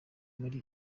muri